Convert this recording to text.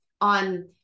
on